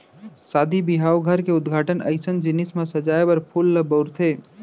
सादी बिहाव, घर के उद्घाटन अइसन जिनिस म सजाए बर फूल ल बउरथे